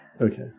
Okay